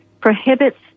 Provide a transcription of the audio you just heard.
prohibits